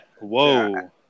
whoa